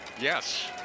Yes